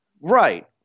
Right